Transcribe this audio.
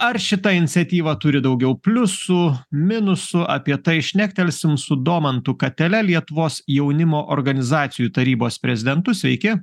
ar šita iniciatyva turi daugiau pliusų minusų apie tai šnektelsim su domantu katele lietuvos jaunimo organizacijų tarybos prezidentu sveiki